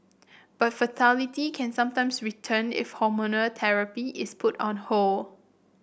but fertility can sometimes return if hormonal therapy is put on hold